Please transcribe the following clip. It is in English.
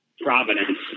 Providence